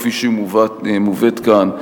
כפי שהיא מובאת כאן,